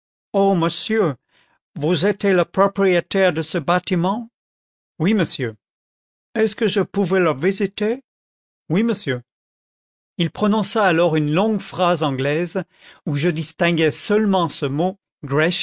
môsieu vos été la propriétaire de cette bâtiment oui monsieur est-ce que je pôvé la visiter oui monsieur il prononça alors une longue phrase anglaise où je distinguai seulement ce mot